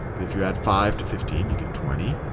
because if you add five to fifteen you get twenty.